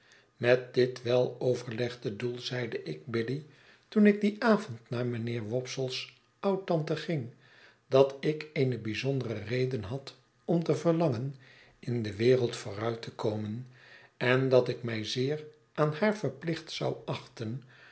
met dit weloverlegde doel zeide ik biddy toen ik dien avond naar mijnheer wopsle's oudtante ging dat ik eene bijzondere reden had om te verlangen in de wereld vooruit te komen en dat ik mij zeer aan haar verplicht zou achten